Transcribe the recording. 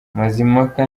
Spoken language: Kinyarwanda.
mazimpaka